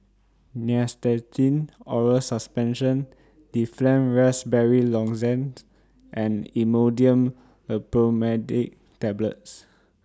Nystatin Oral Suspension Difflam Raspberry Lozenges and Imodium Loperamide Tablets